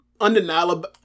undeniable